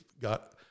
got